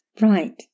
right